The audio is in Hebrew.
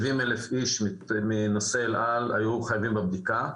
70,000 איש מנוסעי אל על היו חייבים בבדיקה.